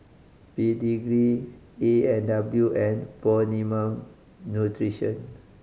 Pedigree A and W and Optimum Nutrition